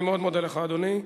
אני מאוד מודה לך, אדוני.